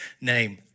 name